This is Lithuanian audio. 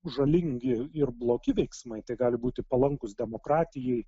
žalingi ir blogi veiksmai tai gali būti palankūs demokratijai